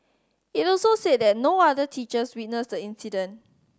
it also said that no other teachers witnessed the incident